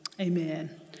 Amen